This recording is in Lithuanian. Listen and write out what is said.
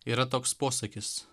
yra toks posakis